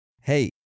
Hey